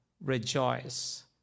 rejoice